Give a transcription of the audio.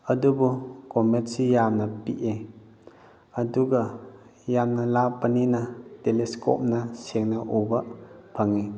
ꯑꯗꯨꯕꯨ ꯀꯣꯃꯦꯠꯁꯤ ꯌꯥꯝꯅ ꯄꯤꯛꯑꯦ ꯑꯗꯨꯒ ꯌꯥꯝꯅ ꯂꯥꯞꯄꯅꯤꯅ ꯇꯦꯂꯤꯁꯀꯣꯞꯅ ꯁꯦꯡꯅ ꯎꯕ ꯐꯪꯏ